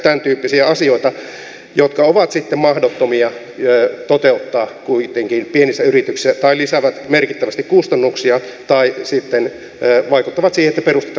oli tämäntyyppisiä asioita jotka ovat sitten mahdottomia toteuttaa kuitenkin pienissä yrityksissä tai lisäävät merkittävästi kustannuksia tai sitten vaikuttavat siihen perustetaanko yrityksiä ollenkaan